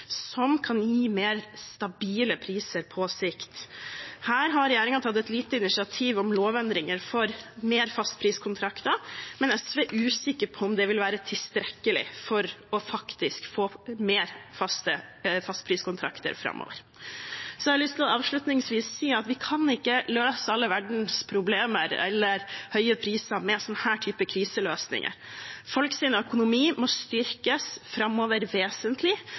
som kan gi mer stabile priser på sikt. Her har regjeringen tatt et lite initiativ om lovendringer for flere fastpriskontrakter, men SV er usikker på om det vil være tilstrekkelig for faktisk å få flere faste fastpriskontrakter framover. Jeg har lyst til avslutningsvis å si at vi ikke kan løse alle verdensproblemer eller høye priser med denne typen kriseløsninger. Folks økonomi må styrkes vesentlig framover,